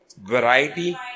variety